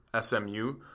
SMU